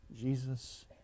Jesus